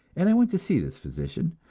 and i went to see this physician,